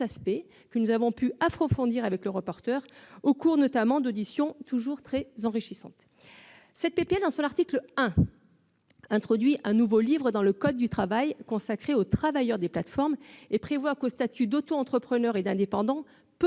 aspects que nous avons pu approfondir avec la rapporteure au cours notamment d'auditions toujours très enrichissantes. Dans son article 1, la présente proposition de loi introduit un nouveau livre dans le code du travail consacré aux travailleurs des plateformes et prévoit qu'au statut d'autoentrepreneur et d'indépendant peu